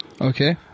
Okay